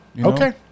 Okay